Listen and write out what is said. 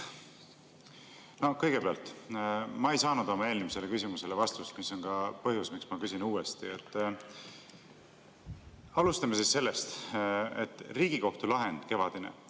Kõigepealt, ma ei saanud oma eelmisele küsimusele vastust ja see on ka põhjus, miks ma küsin uuesti. Alustame siis sellest, et Riigikohtu kevadine